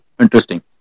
Interesting